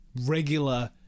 regular